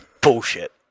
Bullshit